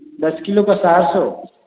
दस किलो के सात सौ